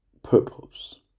purpose